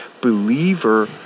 believer